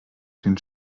den